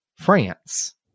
France